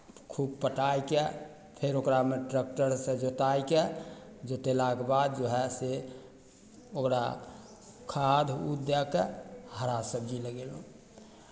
खूब पटाय कऽ फेर ओकरामे ट्रैक्टरसँ जोताय कऽ जोतलाके बाद जो हए से ओकरा खाद उद दए कऽ हरा सबजी लगयलहुँ